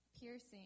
piercing